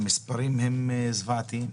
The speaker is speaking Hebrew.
המספרים זוועתיים.